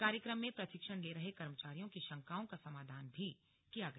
कार्यक्रम में प्रशिक्षण ले रहे कर्मचारियों की शंकाओं का समाधान भी किया गया